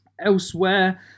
Elsewhere